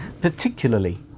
particularly